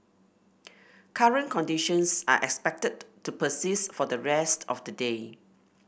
current conditions are expected to persist for the rest of the day